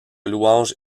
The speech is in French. louange